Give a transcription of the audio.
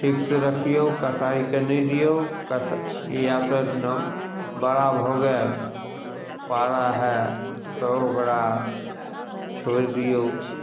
ठीकसँ रखियौ कसाइके नहि दियौ कस या तऽ नहि बड़ा भऽ गेल पारा हइ तऽ ओकरा छोड़ि दियौ